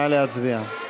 נא להצביע.